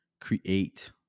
create